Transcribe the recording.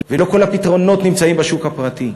ולא כל הפתרונות נמצאים בשוק הפרטי.